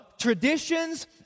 traditions